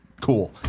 Cool